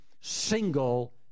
single